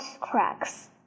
cracks